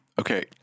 okay